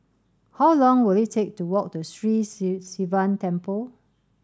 how long will it take to walk to Sri Sivan Temple